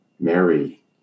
mary